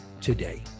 today